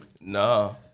No